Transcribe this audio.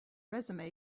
resume